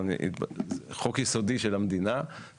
חוק יסודי של המדינה.